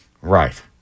Right